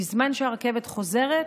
בזמן שהרכבת חוזרת,